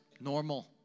normal